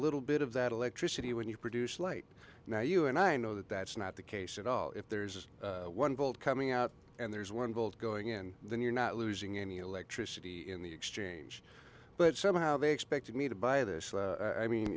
little bit of that electricity when you produce light now you and i know that that's not the case at all if there's one volt coming out and there's one volt going in then you're not losing any electricity in the exchange but somehow they expected me to buy this i mean